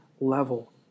level